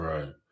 Right